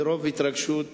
מרוב התרגשות שיח'